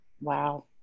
Wow